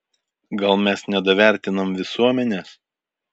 gal mes nedavertinam visuomenės